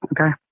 okay